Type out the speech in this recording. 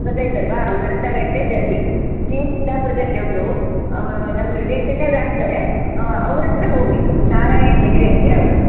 ಗೊತ್ತಾಯ್ತಲ್ವಾ ಒಂದರ್ಧ ಗಂಟೆ ಜರ್ನಿ ನೀವು ಸಿದ್ದಾಪುರದಲ್ಲಿ ಒಬ್ಬರು ನಮ್ಮ ರಿಲೇಶನ್ನೇ ಅವರಾಗ್ತಾರೆ ಅವರ ಹತ್ರ ಹೋಗಿರಿ ನಾರಾಯಣ ಹೆಗ್ಡೆ ಅಂತೇಳಿ ಅವರು